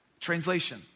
Translation